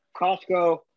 Costco